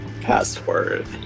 Password